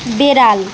বেড়াল